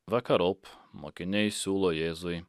vakarop mokiniai siūlo jėzui